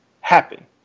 happen